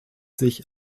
sich